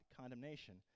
condemnation